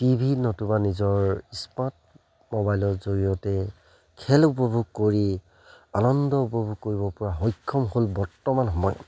T ভিত নতুবা নিজৰ স্মাৰ্ট মোবাইলৰ জৰিয়তে খেল উপভোগ কৰি আনন্দ উপভোগ কৰিবপৰা সক্ষম হ'ল বৰ্তমান সময়ত